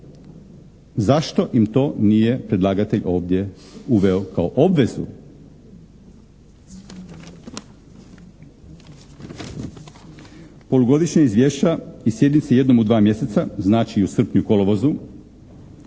Zašto im to nije predlagatelj ovdje uveo kao obvezu? Polugodišnja izvješća i sjednice jednom u dva mjeseca, znači i u srpnju i u kolovozu